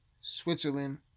Switzerland